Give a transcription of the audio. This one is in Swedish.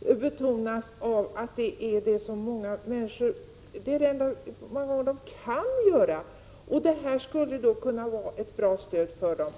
som en verksamhet som människor kommer att kunna ägna sig åt. Då skulle persontransportstödet kunna vara till hjälp.